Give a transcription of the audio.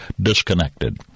disconnected